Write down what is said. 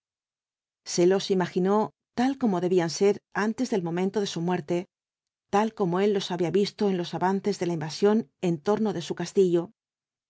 los imaginó tal como debían ser antes del momento de su muerte tal como él los había visto en los avances de la invasión en torno de su castillo